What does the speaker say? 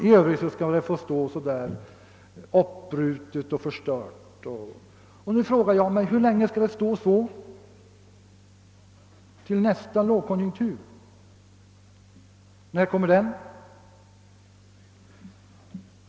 I övrigt skall vägen få stå uppbruten och förstörd. Jag frågar mig nu hur länge den skall få vara så. Tills nästa lågkonjunktur kanske? När kommer den i så fall?